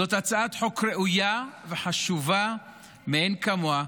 זו הצעת חוק ראויה וחשובה מאין כמוה,